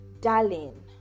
Darling